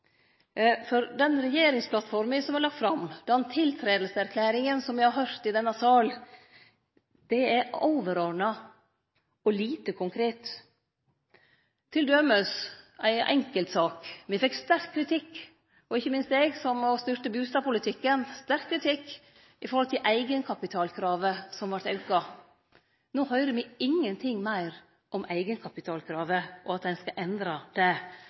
for den regjeringsplattforma som er lagd fram, og den tiltredingserklæringa som me har høyrd i denne salen, er overordna og lite konkrete. Ta t.d. ei enkeltsak: Me, og ikkje minst eg som òg styrte bustadpolitikken, fekk sterk kritikk for det auka eigenkapitalkravet. No høyrer me ingenting meir om eigenkapitalkravet eller at ein skal endre det